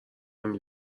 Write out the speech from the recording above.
نمی